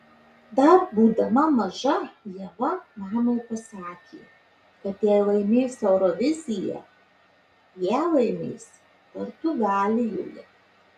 dar būdama maža ieva mamai pasakė kad jei laimės euroviziją ją laimės portugalijoje